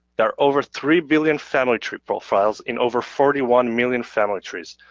there are over three billion family tree profiles in over forty one million family trees.